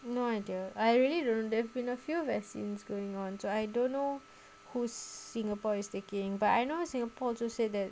no idea I really don't know there've been a few vaccines going on too I don't know whose singapore is taking but I know singapore just say that